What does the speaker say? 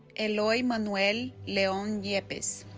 eloy manuel leon yepez